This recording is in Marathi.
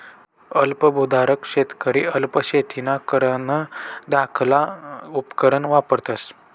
अल्प भुधारक शेतकरी अल्प शेतीना कारण धाकला उपकरणं वापरतस